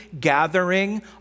gathering